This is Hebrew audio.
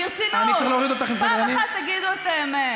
ברצינות, פעם אחת תגידו את האמת.